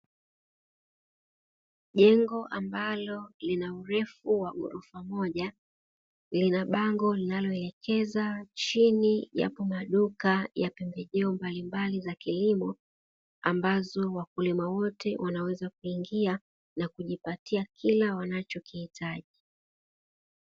Jengo ambalo lina urefu wa ghorofa moja, lina bango linaloelekeza chini yapo maduka ya pembejeo mbalimbali za kilimo ambazo wakulima wote wanaweza kuingia na kujipatia kila wanachikihitaji.